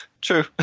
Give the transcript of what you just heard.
True